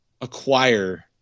acquire